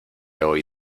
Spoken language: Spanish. hoy